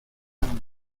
san